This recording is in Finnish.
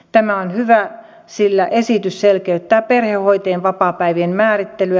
tämä on hyvä sillä esitys selkeyttää perhehoitajien vapaapäivien määrittelyä